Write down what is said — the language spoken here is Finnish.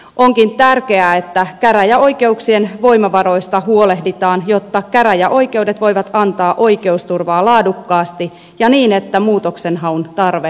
onkin tärkeää että käräjäoikeuksien voimavaroista huolehditaan jotta käräjäoikeudet voivat antaa oikeusturvaa laadukkaasti ja niin että muutoksenhaun tarve vähenee